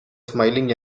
smiling